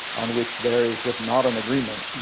on which there is just not an agreement,